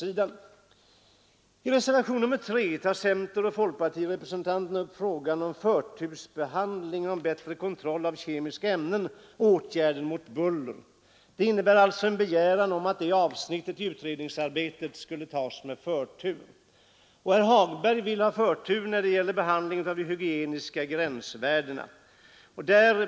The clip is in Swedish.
I reservationen 3 begär centeroch folkpartirepresentanterna förtursbehandling inom arbetsmiljöutredningen av frågorna om bättre kontroll av kemiska ämnen och åtgärder mot buller. Herr Hagberg yrkar i reservationen 4 på förtur för behandlingen av frågan om de hygieniska gränsvärdena.